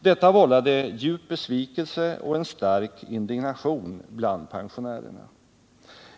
Detta vållade djup besvikelse och en stark indignation bland pensionärerna.